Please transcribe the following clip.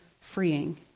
freeing